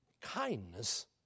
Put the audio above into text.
kindness